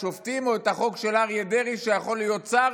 שופטים או את החוק של אריה דרעי שיכול להיות שר,